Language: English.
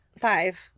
Five